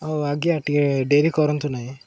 ଆଉ ଆଜ୍ଞା ଟିକେ ଡେରି କରନ୍ତୁ ନାହିଁ